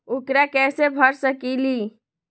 ऊकरा कैसे भर सकीले?